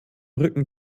rücken